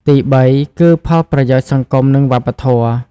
ទីបី គឺផលប្រយោជន៍សង្គមនិងវប្បធម៌។